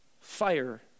fire